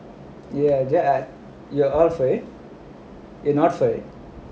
ya there are you are all for it you are not for it